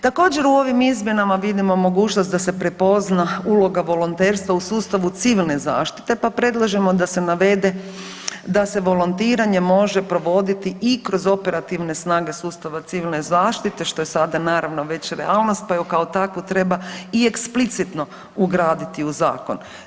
Također u ovim izmjenama vidimo mogućnost da se prepozna uloga volonterstva u sustavu civilne zaštite pa predlažemo da se navede da se volontiranje može provoditi i kroz operativne snage sustava civilne zaštite što je sada naravno već realnost pa ju kao takvu treba i eksplicitno ugraditi u zakon.